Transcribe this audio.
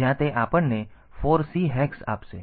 જ્યાં તે આપણને 4 C હેક્સ આપશે